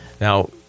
Now